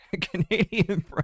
Canadian